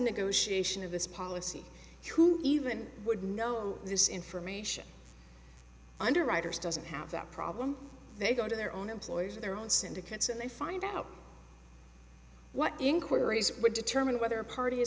negotiation of this policy who even would know this information underwriters doesn't have that problem they go to their own employees or their own syndicates and find out what inquiries would determine whether a party